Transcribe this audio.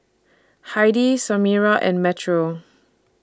Heidy Samira and Metro